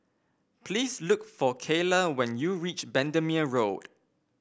please look for Keyla when you reach Bendemeer Road